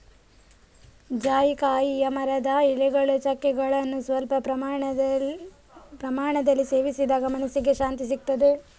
ಜಾಯಿಕಾಯಿಯ ಮರದ ಎಲೆಗಳು, ಚಕ್ಕೆಗಳನ್ನ ಸ್ವಲ್ಪ ಪ್ರಮಾಣದಲ್ಲಿ ಸೇವಿಸಿದಾಗ ಮನಸ್ಸಿಗೆ ಶಾಂತಿಸಿಗ್ತದೆ